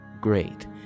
great